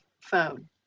phone